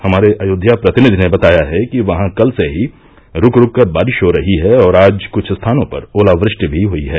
हमारे अयोध्या प्रतिनिधि ने बताया है कि वहां कल से ही रूक रूक कर बारिश हो रही है और आज कुछ स्थानों पर ओलावृष्टि भी हुयी है